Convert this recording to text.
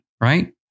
right